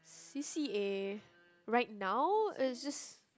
C_C_A right now is just